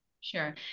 sure